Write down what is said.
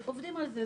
עובדים על זה.